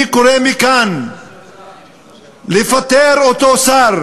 אני קורא מכאן לפטר את אותו שר